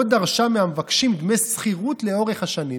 דרשה מהמבקשים דמי שכירות לאורך השנים,